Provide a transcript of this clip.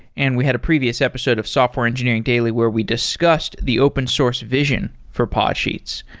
and we had a previous episode of software engineering daily where we discussed the open source vision for podsheets.